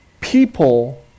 people